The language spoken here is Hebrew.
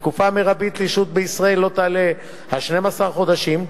התקופה המרבית לשהות בישראל לא תעלה על 12 חודשים,